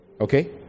Okay